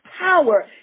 power